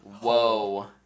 Whoa